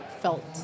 felt